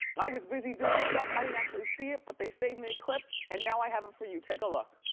i was busy doing stuff, i didn't actually see it. but they saved me a clip, and now i have it for you. take a look.